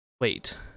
Wait